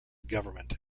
government